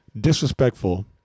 disrespectful